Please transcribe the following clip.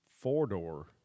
Four-door